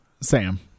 Sam